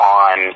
on